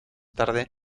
tarde